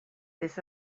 this